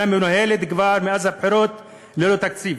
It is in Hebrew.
מנוהלת כבר מאז הבחירות ללא תקציב.